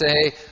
say